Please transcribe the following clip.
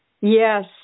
Yes